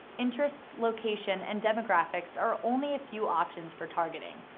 interests, location, and demographics are only a few options for targeting.